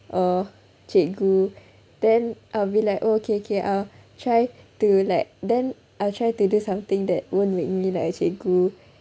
or cikgu then I'll be like oh okay okay ah try to like then I'll try to do something that won't make me like a cikgu